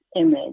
image